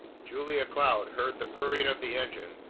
julia cloud heard the purring of the engine,